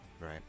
Right